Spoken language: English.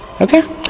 Okay